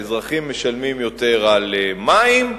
האזרחים משלמים יותר על מים,